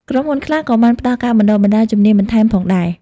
ក្រុមហ៊ុនខ្លះក៏បានផ្តល់ការបណ្តុះបណ្តាលជំនាញបន្ថែមផងដែរ។